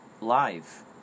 live